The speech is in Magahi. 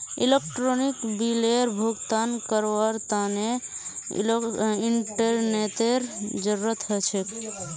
इलेक्ट्रानिक बिलेर भुगतान करवार तने इंटरनेतेर जरूरत ह छेक